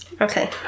Okay